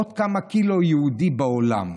עוד כמה קילו יהודי בעולם,